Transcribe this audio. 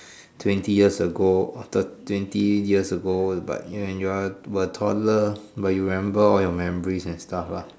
twenty years ago or third twenty years ago but when you are a toddler but you remember all your memories and stuff lah